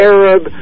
Arab